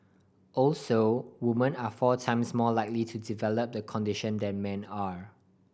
also women are four times more likely to develop the condition than men are